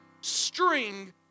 string